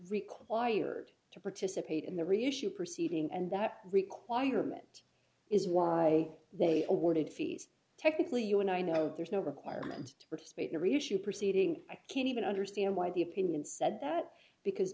required to participate in the reissue proceeding and that requirement is why they awarded fees technically you and i know there's no requirement to participate in every issue proceeding i can't even understand why the opinion said that because